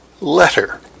letter